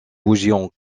bougies